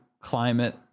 climate